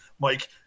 Mike